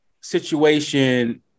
situation